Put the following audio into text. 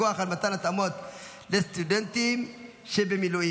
פיקוח על מתן התאמות לסטודנטים שבמילואים.